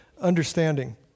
understanding